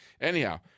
anyhow